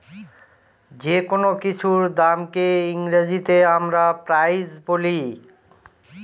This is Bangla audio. যেকোনো কিছুর দামকে ইংরেজিতে আমরা প্রাইস বলি